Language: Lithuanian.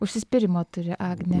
užsispyrimo turi agnė